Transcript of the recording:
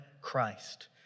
Christ